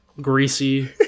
greasy